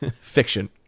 fiction